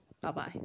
Bye-bye